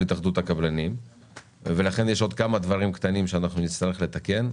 התאחדות הקבלנים ולכן יש עוד כמה דברים קטנים שאנחנו נצטרך לתקן,